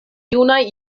junaj